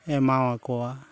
ᱮᱢᱟᱣ ᱟᱠᱚᱣᱟ